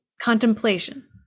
contemplation